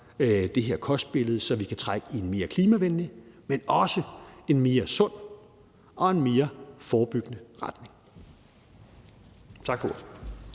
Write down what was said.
det her kostbillede, så vi kan trække i en mere klimavenlig, men også en mere sund og en mere forebyggende retning. Tak for